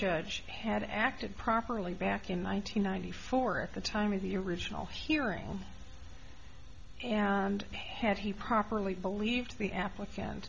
judge had acted properly back in one thousand nine hundred four at the time of the original hearing and had he properly believed the applicant